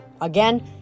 again